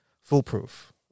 foolproof